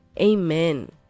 amen